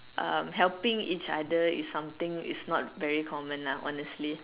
um helping each other is something is not very common lah honestly